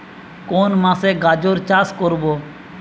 কোন মাসে গাজর চাষ করব?